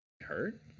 Hurt